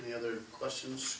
any other questions